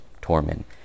torment